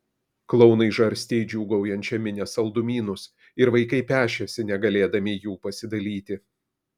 klounai žarstė į džiūgaujančią minią saldumynus ir vaikai pešėsi negalėdami jų pasidalyti